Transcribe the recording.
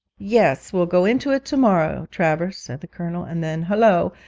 yes, we'll go into it to-morrow, travers said the colonel and then hullo,